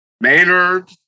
Maynard